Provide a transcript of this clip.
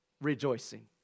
rejoicing